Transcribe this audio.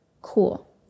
Cool